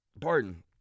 pardon